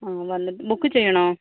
ആ വന്നിട്ട് ബുക്ക് ചെയ്യണോ